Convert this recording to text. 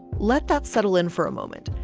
let that settle in for a moment.